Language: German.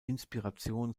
inspiration